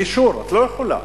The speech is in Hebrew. באישור, את לא יכולה.